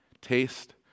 Taste